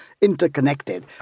interconnected